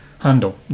handle